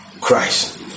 Christ